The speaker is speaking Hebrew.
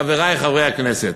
חברי חברי הכנסת,